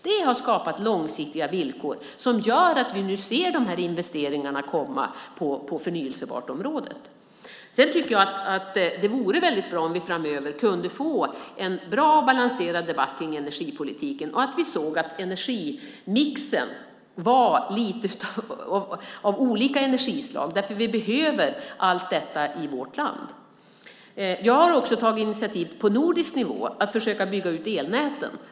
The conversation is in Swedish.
Det har skapat långsiktiga villkor som gör att vi nu ser de här investeringarna komma på förnybarområdet. Jag tycker att det vore väldigt bra om vi framöver kunde få en bra, balanserad debatt om energipolitiken och att vi såg att energimixen bestod av olika energislag, för vi behöver allt detta i vårt land. Jag har också tagit initiativ på nordisk nivå om att försöka bygga ut elnäten.